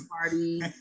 party